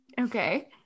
Okay